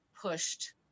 pushed